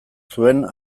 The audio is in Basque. zuen